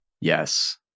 Yes